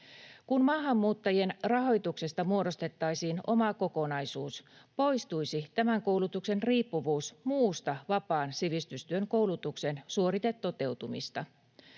Kun maahanmuuttajien rahoituksesta muodostettaisiin oma kokonaisuus, poistuisi tämän koulutuksen riippuvuus muista vapaan sivistystyön koulutuksen suoritetoteutumista.